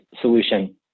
solution